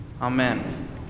Amen